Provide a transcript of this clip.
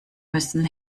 müssen